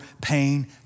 pain